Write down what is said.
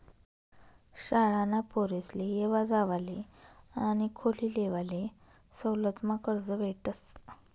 शाळाना पोरेसले येवा जावाले आणि खोली लेवाले सवलतमा कर्ज भेटस